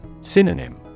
Synonym